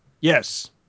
Yes